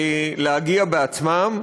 להגיע בעצמם,